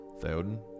Theoden